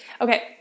Okay